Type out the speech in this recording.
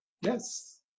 yes